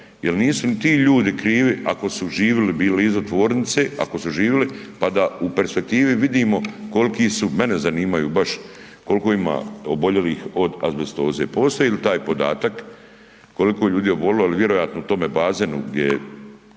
Jel nisu ni ti ljudi krivi ako su živjeli blizu tvornice, ako su živili, pa da u perspektivi vidimo koliki su, mene zanimaju baš koliko ima oboljelih od azbestoze. Postoji li taj podatak koliko je ljudi obolilo? Ali vjerojatno u tome bazenu gdje